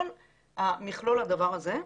כל מכלול הדבר הזה,